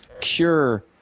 cure